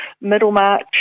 Middlemarch